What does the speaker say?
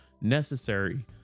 necessary